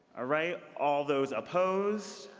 ah right. all those opposed?